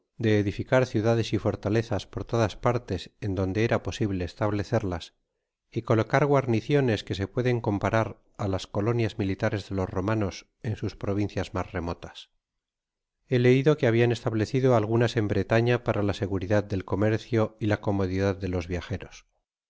de edificar ciudades y fortalezas por todas partes en donde era posible establecerlas y colocar guarniciones que se pueden comparar á los colonias militares de los romanos en sus provincias mas remotas he leido que habian establecido algunas en bretaña para la seguridad del comercio y la comodidad de los viajeros